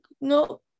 no